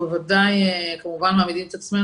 אנחנו בוודאי כמובן מעמידים את עצמנו